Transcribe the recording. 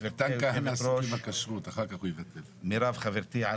מירב חברתי,